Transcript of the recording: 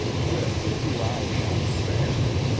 with a few hours to spare.